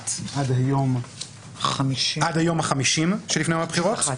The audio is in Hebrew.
נקבעת היום עד היום החמישים שלפני יום הבחירות,